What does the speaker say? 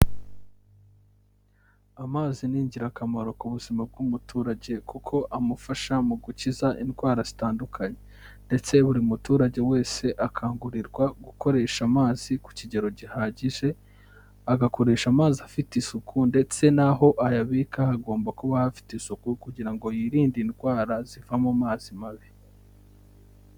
Amazi ni ingirakamaro ku buzima bw'umuturage, kuko amufasha mu gukiza indwara zitandukanye. Ndetse buri muturage wese akangurirwa gukoresha amazi ku kigero gihagije, agakoresha amazi afite isuku ndetse n'aho ayabika hagomba kuba hafite isuku kugira ngo yirinde indwara ziva mu mazi mabi.